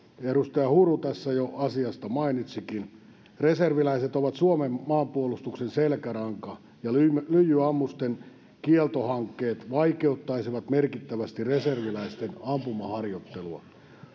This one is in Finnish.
edustaja huru tässä jo asiasta mainitsikin reserviläiset ovat suomen maanpuolustuksen selkäranka ja lyijyammusten kieltohankkeet vaikeuttaisivat merkittävästi reserviläisten ampumaharjoittelua